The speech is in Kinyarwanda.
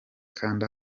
kanda